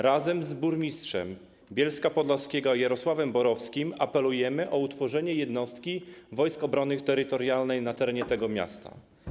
Razem z burmistrzem Bielska Podlaskiego Jarosławem Borowskim apelujemy o utworzenie jednostki Wojsk Obrony Terytorialnej na terenie tego miasta.